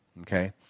Okay